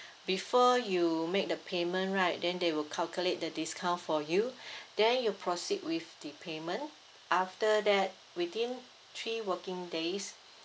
before you make the payment right then they will calculate the discount for you then you proceed with the payment after that within three working days